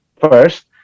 First